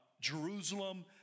Jerusalem